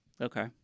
Okay